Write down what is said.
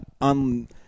on